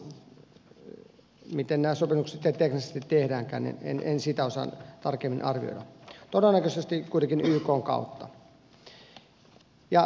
miten nämä sopimukset sitten teknisesti tehdäänkään en sitä osaa tarkemmin arvioida todennäköisesti kuitenkin ykn kautta